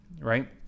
right